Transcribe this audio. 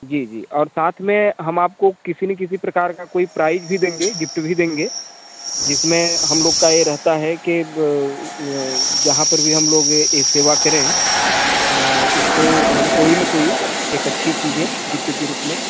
जी जी और साथ में हम आपको किसी न किसी प्रकार का कोई प्राइज़ भी देंगे गिफ्ट भी देंगे जिसमें हम लोग का ये रहता है कि ब जहाँ पर भी हम लोग ए ए सेवा करें उसको हम कोई न कोई एक अच्छी चीज़ें गिफ्ट के रूप में